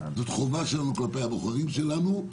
זאת חובה שלנו כלפי הבוחרים שלנו.